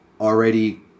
already